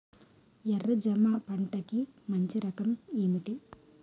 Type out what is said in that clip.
ఎర్ర జమ పంట కి మంచి రకం ఏంటి?